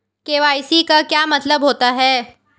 KYC का क्या मतलब होता है?